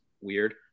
weird